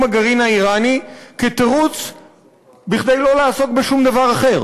הגרעין האיראני כתירוץ כדי לא לעסוק בשום דבר אחר.